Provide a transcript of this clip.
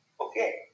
Okay